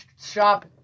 shop